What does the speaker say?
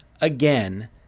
again